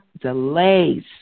delays